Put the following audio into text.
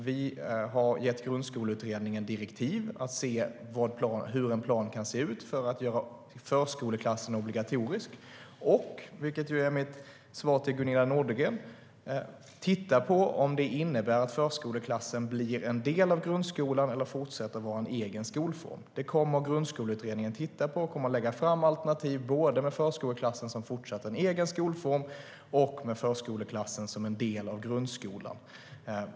Vi har gett Grundskoleutredningen direktiv att se hur en plan kan se ut för att göra förskoleklassen obligatorisk och, vilket är mitt svar till Gunilla Nordgren, att titta på om det innebär att förskoleklassen blir en del av grundskolan eller fortsätter att vara en egen skolform. Grundskoleutredningen kommer att titta på detta och lägga fram alternativ både med förskoleklassen som fortsatt egen skolform och med förskoleklassen som en del av grundskolan.